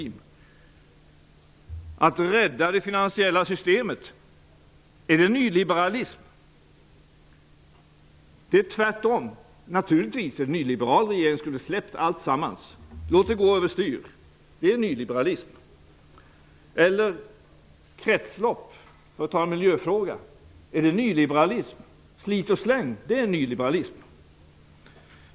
Är det nyliberalism att rädda det finansiella systemet? Det är tvärtom. En nyliberal regering skulle ha släppt alltsammans och låtit det gå över styr. Det är nyliberalism. Låt mig ta en miljöfråga: Är kretslopp nyliberalism? Slit och släng är nyliberalism.